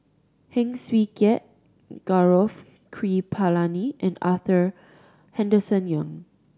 Heng Swee Keat Gaurav Kripalani and Arthur Henderson Young